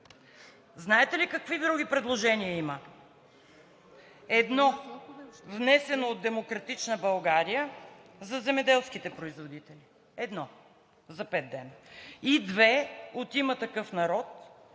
Знаете ли какви други предложения има? Едно, внесено от „Демократична България“ за земеделските производители. Едно за пет дни. И две от „Има такъв народ“: